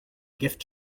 gift